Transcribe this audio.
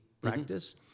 practice